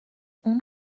اون